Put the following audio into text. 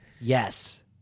Yes